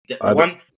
one